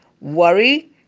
Worry